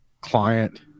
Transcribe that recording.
client